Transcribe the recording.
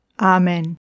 Amen